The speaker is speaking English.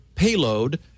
payload